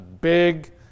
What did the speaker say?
big